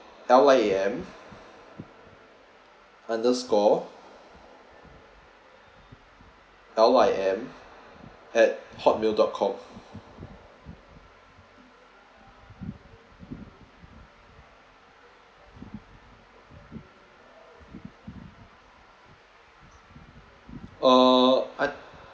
L I A M underscore L I M at hotmail dot com uh I